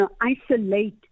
isolate